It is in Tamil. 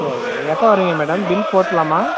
சரி மேடம் எப்போ வரிங்க மேடம் பில் போட்டுருலாமா